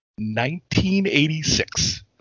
1986